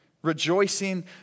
Rejoicing